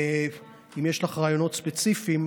אם יש לך רעיונות ספציפיים,